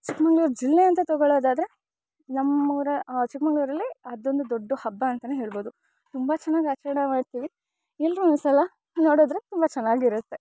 ಚಿಕ್ಕಮಂಗ್ಳೂರು ಜಿಲ್ಲೆ ಅಂತ ತಗೊಳ್ಳೋದಾದರೆ ನಮ್ಮ ಊರ ಚಿಕ್ಕಮಂಗ್ಳೂರಲ್ಲಿ ಅದೊಂದು ದೊಡ್ಡ ಹಬ್ಬ ಅಂತಾನೆ ಹೇಳ್ಬೌದು ತುಂಬ ಚೆನ್ನಾಗಿ ಆಚರಣೆ ಮಾಡ್ತೀವಿ ಎಲ್ರೂ ಒಂದ್ಸಲ ನೋಡಿದ್ರೆ ತುಂಬ ಚೆನ್ನಾಗಿರತ್ತೆ